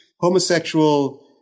homosexual